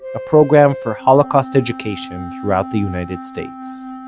a program for holocaust education thoughout the united states.